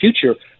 future